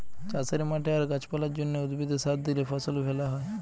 চাষের মাঠে আর গাছ পালার জন্যে, উদ্ভিদে সার দিলে ফসল ভ্যালা হয়